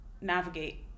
navigate